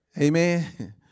Amen